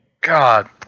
God